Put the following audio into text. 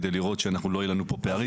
כדי לראות שלא יהיו לנו פה פערים,